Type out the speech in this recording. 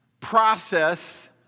process